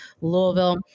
Louisville